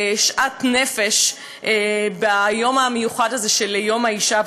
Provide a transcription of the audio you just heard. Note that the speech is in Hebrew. בשאט נפש, ביום המיוחד הזה של יום האישה.